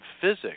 physics